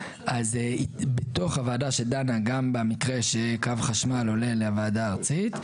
אז בתוך הוועדה שדנה גם במקרה שקו חשמל עולה לוועדה הארצית,